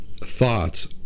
thoughts